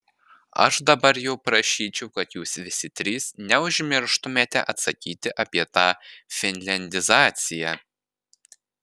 aš dabar jau prašyčiau kad jūs visi trys neužmirštumėte atsakyti apie tą finliandizaciją